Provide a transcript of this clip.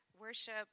worship